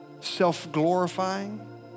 self-glorifying